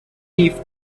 leave